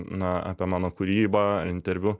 na apie mano kūrybą interviu